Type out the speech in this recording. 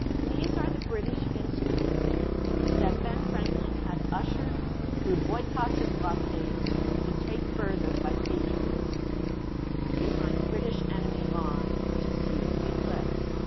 and these are the british instruments that ben franklin had ushered through boycotts and blockades to take further by patriots behind british enemy lines to see the eclipse.